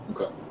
Okay